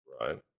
Right